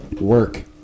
work